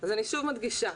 אני שוב מדגישה.